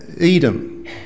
Edom